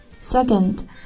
Second